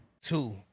Two